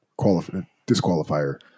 disqualifier